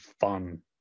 fun